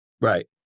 Right